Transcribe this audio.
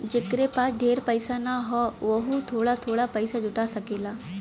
जेकरे पास ढेर पइसा ना हौ वोहू थोड़ा थोड़ा पइसा जुटा सकेला